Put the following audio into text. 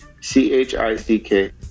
C-H-I-C-K